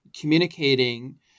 communicating